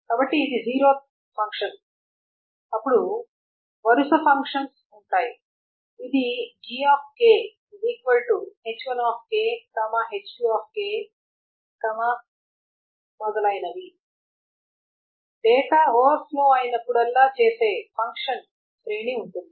కాబట్టి ఇది 0th function అప్పుడు వరుస ఫంక్షన్లు ఉన్నాయి ఇది g h1 h2 మొదలైనవి డేటా ఓవర్ఫ్లో అయినప్పుడల్లా చేసే ఫంక్షన్ శ్రేణి ఉంటుంది